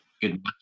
good